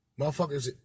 Motherfuckers